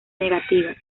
negativa